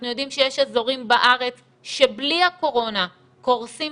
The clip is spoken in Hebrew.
אנחנו יודעים שיש אזורים בארץ שבלי הקורונה קורסים